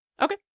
okay